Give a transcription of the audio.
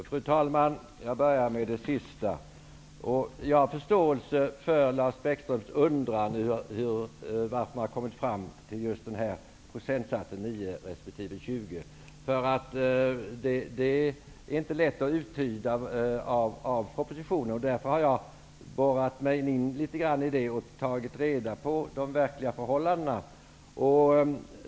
Fru talman! Jag börjar med det sista. Jag har förståelse för Lars Bäckströms undran över varför man har kommit fram till just procentsatserna 9 % och 20 %. Det är inte lätt att uttyda av propositionen. Därför har jag borrat mig in litet grand i det och tagit reda på de verkliga förhållandena.